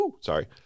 sorry